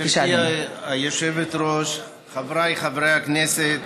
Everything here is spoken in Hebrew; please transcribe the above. גברתי היושבת-ראש, חבריי חברי הכנסת,